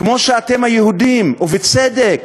כמו שאתם היהודים, ובצד,